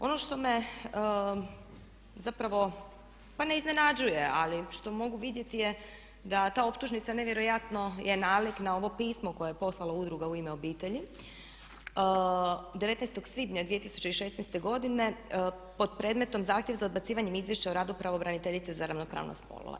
Ono što me zapravo, pa ne iznenađuje ali što mogu vidjeti je da ta optužnica nevjerojatno je nalik na ovo pismo koje je poslala Udruga „U ime obitelji“, 19. svibnja 2016. godine pod predmetom Zahtjev za odbacivanjem izvješća o radu pravobraniteljice za ravnopravnost spolova.